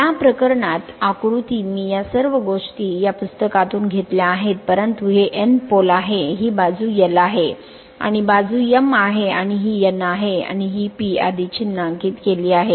या प्रकरणात आकृती मी या सर्व गोष्टी मी पुस्तकातून घेतल्या आहेत परंतु हे N पोल आहे ही बाजू L आहे आणि बाजू m आहे आणि ही N आहे आणि ही P आधीच चिन्हांकित आहे